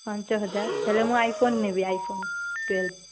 ପାଞ୍ଚ ହଜାର ହେଲେ ମୁଁ ଆଇଫୋନ୍ ନେବି ଆଇଫୋନ୍ ଟୁଏଲ୍ଭ୍